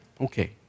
okay